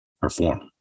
perform